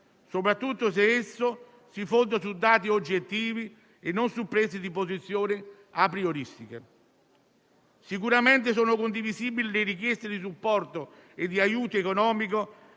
soprattutto se si fonda non su dati oggettivi, ma su prese di posizione aprioristiche. Sicuramente sono condivisibili le richieste di supporto e di aiuto economico